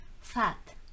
fat